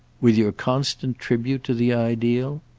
with your constant tribute to the ideal?